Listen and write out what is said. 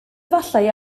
efallai